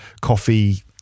coffee